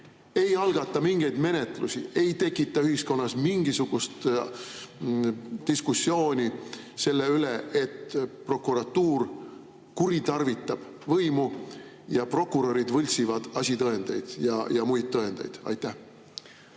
Ei algata mingeid menetlusi, ei tekita ühiskonnas mingisugust diskussiooni selle üle, et prokuratuur kuritarvitab võimu ja prokurörid võltsivad asitõendeid ja muid tõendeid. Aitäh,